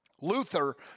Luther